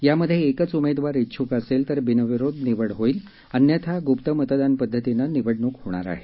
यामध्ये एकच उमेदवार ाे छुक असेल तर बिनविरोध निवड होईल अन्यथा गुप्त मतदान पद्धतीनं निवडणूक होणार आहे